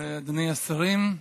השרים,